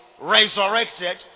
resurrected